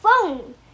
phone